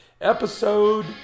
Episode